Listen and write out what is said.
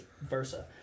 versa